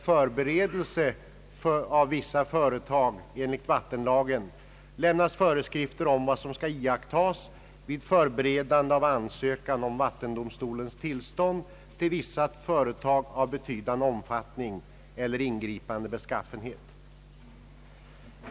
förberedelse av vissa företag enligt vattenlagen lämnas föreskrifter om vad som skall iakttagas vid förberedande av ansökan om vattendomstolens tillstånd till vissa företag av betydande omfattning eller ingripande beskaffenhet.